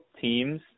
teams